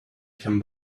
can